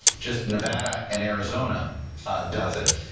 just nevada and arizona does it.